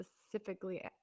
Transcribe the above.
specifically